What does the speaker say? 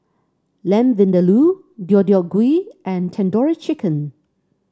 Lamb Vindaloo Deodeok Gui and Tandoori Chicken